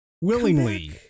willingly